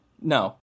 No